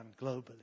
globally